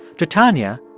to tanya,